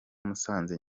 musanze